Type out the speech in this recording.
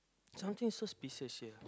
something suspicious here